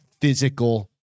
physical